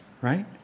right